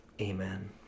Amen